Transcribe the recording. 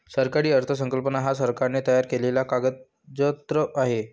सरकारी अर्थसंकल्प हा सरकारने तयार केलेला कागदजत्र आहे